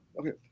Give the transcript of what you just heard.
Okay